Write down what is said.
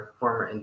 former